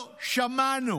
לא שמענו